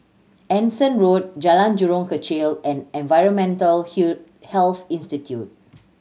Anson Road Jalan Jurong Kechil and Environmental Health Institute